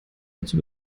dazu